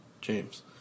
James